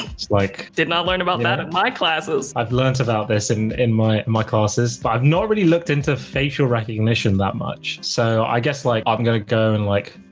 it's like did not learn about that in my classes. i've learnt about this and in my my classes, but i've not really looked into facial recognition that much. so i guess like i'm gonna go and like.